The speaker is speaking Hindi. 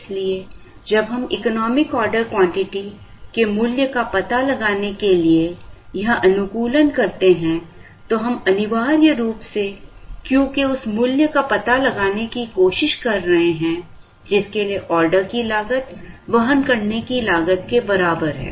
इसलिए जब हम इकोनॉमिक ऑर्डर क्वांटिटी के मूल्य का पता लगाने के लिए यह अनुकूलन करते हैं तो हम अनिवार्य रूप से Q के उस मूल्य का पता लगाने की कोशिश कर रहे हैं जिसके लिए ऑर्डर की लागत वहन करने की लागत के बराबर है